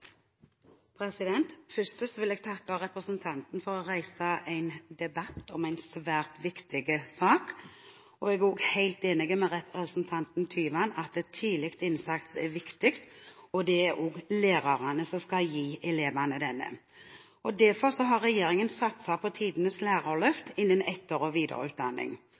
Først vil jeg takke representanten for å reise debatt om en svært viktig sak, og jeg er også helt enig med representanten Tyvand i at tidlig innsats er viktig, og det er lærerne som skal gi elevene denne. Derfor har regjeringen satset på tidenes lærerløft innen etter- og videreutdanning.